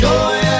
Joy